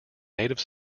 native